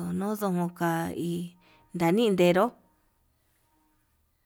ondonojo ka'a hí ndanin nderó.